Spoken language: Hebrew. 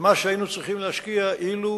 למה שהיינו צריכים להשקיע אילו